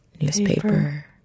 newspaper